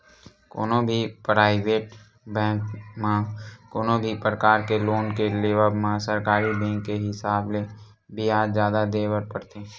कोनो भी private bank म कोनो भी परकार के लोन के लेवब म सरकारी बेंक के हिसाब ले बियाज जादा देय बर परथे